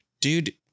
dude